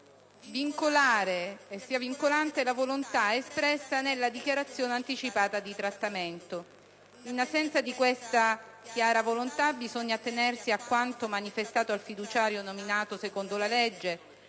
importante che sia vincolante la volontà espressa nella dichiarazione anticipata di trattamento. In assenza di questa chiara volontà, bisogna attenersi a quanto manifestato al fiduciario nominato secondo la legge,